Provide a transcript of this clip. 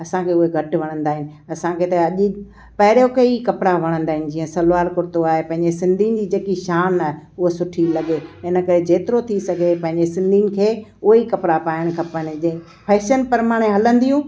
असांखे उहे घट वणंदा आहिनि असांखे त अॼ पहिरियों के ई कपड़ा वणंदा आहिनि जीअं सलवार कुर्तो आहे पंंहिंजे सिंधियुनि जी जेकी शान आहे उहा सुठी लॻे हिन करे जेतिरो थी सघे पंहिंजे सिंधियुनि खे उहे ई कपिड़ा पाइणु खपनि जे फैशन प्रमाणे हलंदियूं